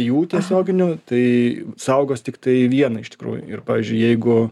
jų tiesioginiu tai saugos tiktai vieną iš tikrųjų ir pavyzdžiui jeigu